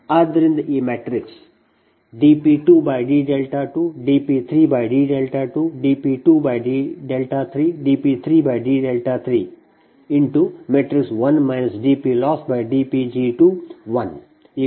ಆದ್ದರಿಂದ ಈ matrix dP2d2 dP3d2 dP2d3 dP3d3 1 dPLossdPg2 1 0 dP1d3 ಇದು ಸಮೀಕರಣ 12 ಆಗಿದೆ